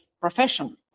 profession